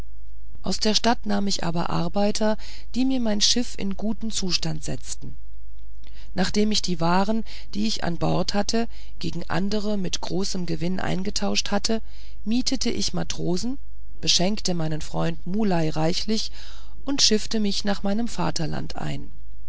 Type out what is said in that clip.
aus der stadt nahm ich aber arbeiter die mir mein schiff in guten zustand setzten nachdem ich die waren die ich an bord hatte gegen andere mit großem gewinn eingetauscht hatte mietete ich matrosen beschenkte meinen freund muley reichlich und schiffte mich nach meinem vaterland ein